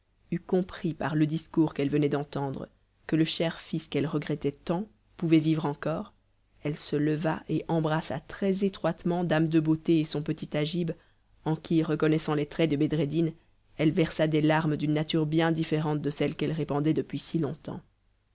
eut compris par le discours qu'elle venait d'entendre que le cher fils qu'elle regrettait tant pouvait vivre encore elle se leva et embrassa très-étroitement dame de beauté et son petit agib en qui reconnaissant les traits de bedreddin elle versa des larmes d'une nature bien différente de celles qu'elle répandait depuis si longtemps